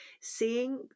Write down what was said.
seeing